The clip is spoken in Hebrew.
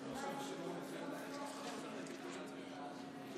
הפחתת תקציב או תמיכה בשל פעילות נגד עקרונות המדינה